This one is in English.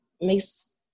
makes